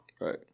Right